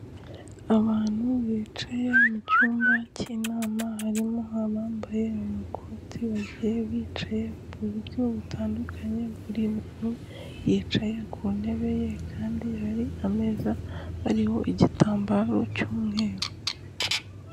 Abantu bicaye mu cyumba cy'inama, harimo abambaye amakoti bagiye bicaye ku buryo butandukanye buri muntu yicaye ku ntebe ye, kandi hari ameza ariho igitambaro cy'umweru.